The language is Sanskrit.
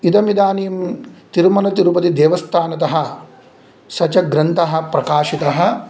इदमिदानिं तिरुमलतिरुपतिदेवस्तानतः स च ग्रन्थः प्रकाशितः